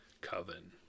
coven